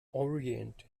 orient